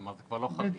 כלומר זה כבר לא חריג.